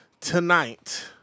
tonight